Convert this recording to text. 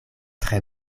tre